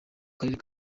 karere